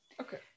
Okay